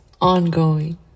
ongoing